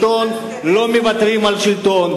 לא מוותרים על שלטון.